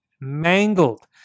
mangled